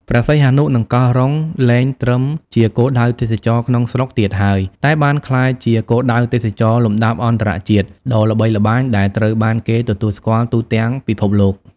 ព្រះសីហនុ និងកោះរ៉ុង លែងត្រឹមជាគោលដៅទេសចរណ៍ក្នុងស្រុកទៀតហើយ តែបានក្លាយជា គោលដៅទេសចរណ៍លំដាប់អន្តរជាតិ ដ៏ល្បីល្បាញ ដែលត្រូវបានគេទទួលស្គាល់ទូទាំងពិភពលោក។